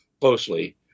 closely